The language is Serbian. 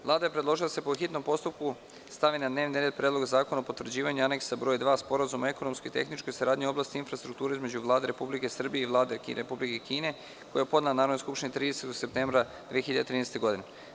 Vlada je predložila da se po hitnom postupku stavi na dnevni red Predlog zakona o potvrđivanju Aneksa br.2 Sporazuma o ekonomskoj i tehničkoj saradnji u oblasti infrastrukture između Vlade Republike Srbije i Vlade Republike Kine, koji je podnela Narodnoj skupštini 30. septembra 2013. godine.